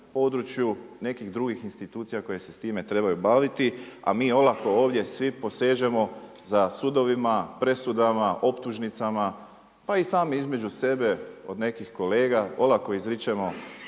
području nekih drugih institucija koje se s time trebaju baviti. A mi olako ovdje svi posežemo za sudovima, presudama, optužnicama, pa i sami između sebe od nekih kolega olako izričemo